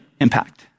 impact